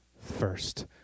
first